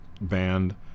band